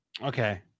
Okay